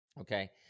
okay